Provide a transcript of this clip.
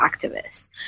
activists